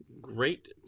Great